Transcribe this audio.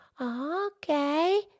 okay